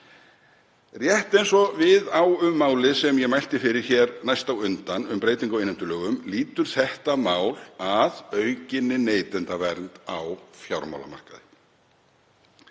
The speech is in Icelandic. Rétt eins og við á um málið sem ég mælti fyrir hér næst á undan um breytingu á innheimtulögum lýtur þetta mál að aukinni neytendavernd á fjármálamarkaði.